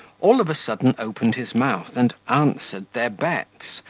all of a sudden opened his mouth, and answered their bets,